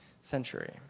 century